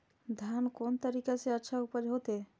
धान कोन तरीका से अच्छा उपज होते?